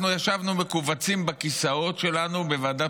אנחנו ישבנו מכווצים בכיסאות שלנו בוועדת